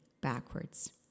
backwards